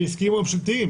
העסקיים או הממשלתיים